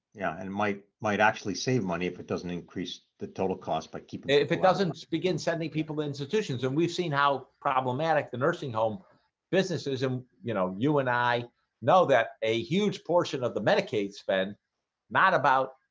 and might might actually save money if it doesn't increase the total cost but keeping it if it doesn't begin sending people institutions and we've seen how problematic the nursing home business ism you know you and i know that a huge portion of the medicaid spend not about,